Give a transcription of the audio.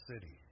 city